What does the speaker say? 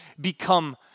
become